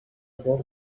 other